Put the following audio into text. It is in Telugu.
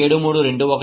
7321 మరియు 1